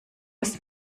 ist